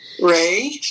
Ray